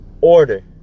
Order